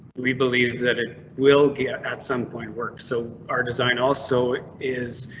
we believe that it will get at some point work, so our design also is.